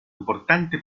importante